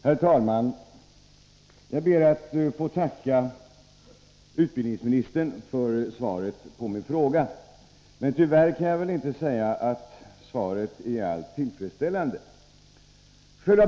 Herr talman! Jag ber att få tacka utbildningsministern för svaret på min fråga, men tyvärr kan jag inte säga att svaret i allt är tillfredsställande.